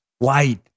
light